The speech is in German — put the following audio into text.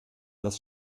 das